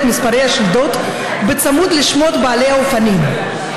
מספרי השלדות בצמוד לשמות בעלי האופניים,